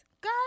God